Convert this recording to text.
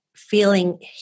feeling